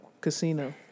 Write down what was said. casino